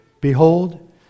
Behold